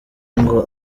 ngo